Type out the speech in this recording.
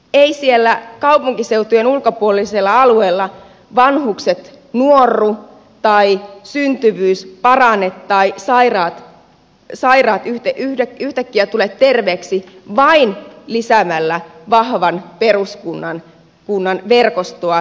eivät siellä kaupunkiseutujen ulkopuolisilla alueilla vanhukset nuorru tai syntyvyys parane tai sairaat yhtäkkiä tule terveeksi vain lisäämällä vahvan peruskunnan verkostoa